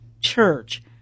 church